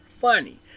funny